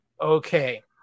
okay